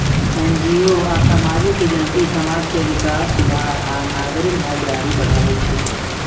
NGO आ सामाजिक agency समाज के विकास, सुधार आ नागरिक भागीदारी बढ़ाबै छै